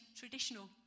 traditional